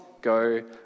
go